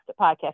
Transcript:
podcast